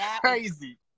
crazy